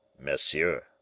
Monsieur